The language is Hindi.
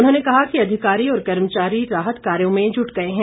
उन्होंने कहा कि अधिकारी और कर्मचारी राहत कार्यों में जुट गए हैं